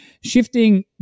shifting